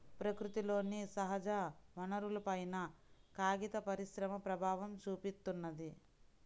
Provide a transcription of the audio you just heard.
ప్రకృతిలోని సహజవనరులపైన కాగిత పరిశ్రమ ప్రభావం చూపిత్తున్నది